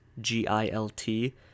G-I-L-T